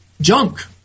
junk